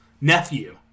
nephew